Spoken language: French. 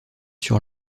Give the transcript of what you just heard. sur